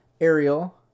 Ariel